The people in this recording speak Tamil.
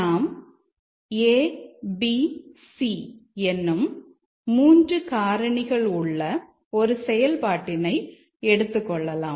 நாம் a b c என்னும் 3 காரணிகள் உள்ள ஒரு செயல்பாட்டினை எடுத்துக்கொள்ளலாம்